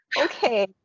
Okay